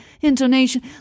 intonation